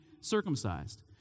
circumcised